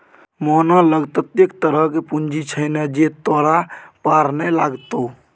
मोहना लग ततेक तरहक पूंजी छै ने जे तोरा पार नै लागतौ